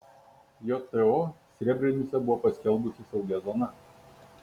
jto srebrenicą buvo paskelbusi saugia zona